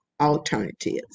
alternatives